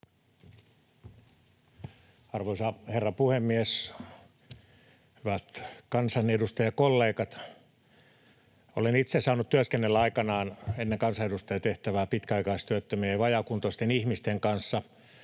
Arvoisa herra puhemies! Hyvät kansanedustajakollegat! Olen itse saanut työskennellä aikanaan, ennen kansanedustajan tehtävää, pitkäaikaistyöttömien ja vajaakuntoisten ihmisten kanssa,